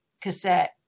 cassette